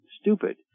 stupid